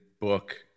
book